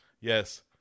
Yes